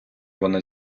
вони